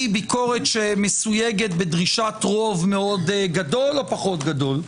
ביקורת שמסויגת בדרישת רוב מאוד גדול או פחות גדול,